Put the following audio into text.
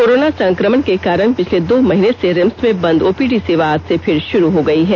corona संक्रमण के कारण पिछले दो महीने से रिम्स में बंद ओपीडी सेवा आज से फिर शुरू हो गई है